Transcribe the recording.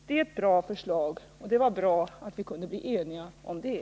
Det är ett bra förslag, och det var bra att vi kunde bli eniga om det.